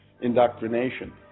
indoctrination